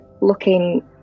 looking